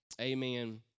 Amen